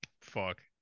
fuck